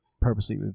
purposely